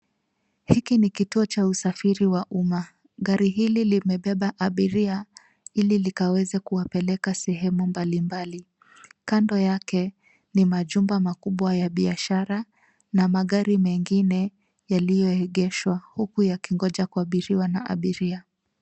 Hiki ni kituo cha usafiri wa umma. Gari hili limebeba abiria ili likaweze kuwapeleka sehemu mbalimbali. Kando yake ni majumba makubwa ya biashara na magari mengine yaliyoegeshwa huku yakingoja kuabiriwa na abiria.